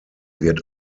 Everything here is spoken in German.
wird